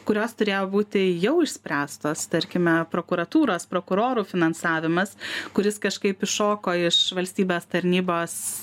kurios turėjo būti jau išspręstos tarkime prokuratūros prokurorų finansavimas kuris kažkaip iššoko iš valstybės tarnybos